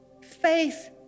Faith